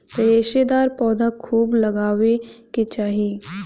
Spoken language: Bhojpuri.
रेशेदार पौधा खूब लगावे के चाही